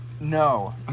No